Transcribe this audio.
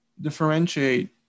differentiate